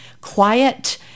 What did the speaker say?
quiet